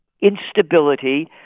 instability